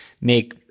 make